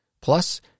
Plus